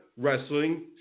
wrestling